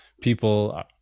people